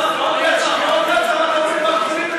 אבל הסטטיסטיקה אומרת,